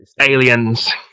aliens